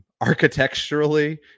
architecturally